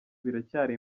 biracyari